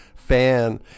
Fan